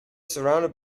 surrounded